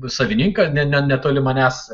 savininką ne ne netoli manęs